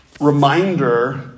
reminder